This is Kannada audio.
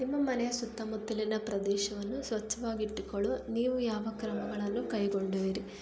ನಿಮ್ಮ ಮನೆಯ ಸುತ್ತಮುತ್ತಲಿನ ಪ್ರದೇಶವನ್ನು ಸ್ವಚ್ಛವಾಗಿಟ್ಟುಕೊಳ್ಳುವ ನೀವು ಯಾವ ಕ್ರಮಗಳನ್ನು ಕೈಗೊಂಡುವಿರಿ